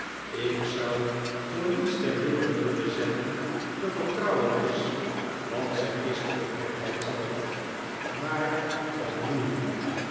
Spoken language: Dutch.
ik zou voor niets ter wereld willen zeggen te vertrouwen is want zij is de oprechtheid zelf maar wat moeilijk